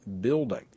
building